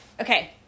Okay